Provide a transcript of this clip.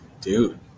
Dude